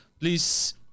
Please